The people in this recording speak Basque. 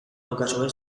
daukazue